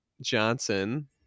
Johnson